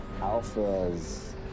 Alpha's